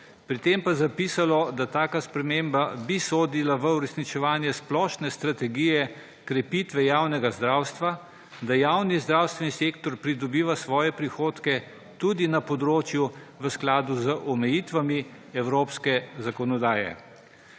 Pri tem pa je zapisalo, da bi taka sprememba sodila v uresničevanje splošne strategije krepitve javnega zdravstva, da javni zdravstveni sektor pridobiva svoje prihodke tudi na področju v skladu z omejitvami evropske zakonodaje.